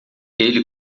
ele